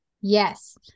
Yes